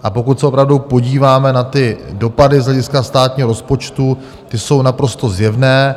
A pokud se opravdu podíváme na ty dopady z hlediska státního rozpočtu, ty jsou naprosto zjevné.